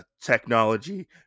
technology